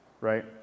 right